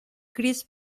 chris